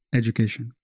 education